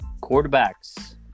quarterbacks